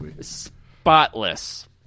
Spotless